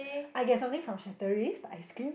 I get something from Chateraise the ice cream